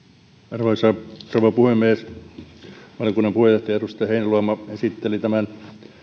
arvoisa rouva puhemies valiokunnan puheenjohtaja edustaja heinäluoma esitteli tämän